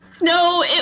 No